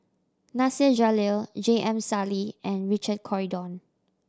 Nasir Jalil J M Sali and Richard Corridon